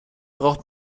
braucht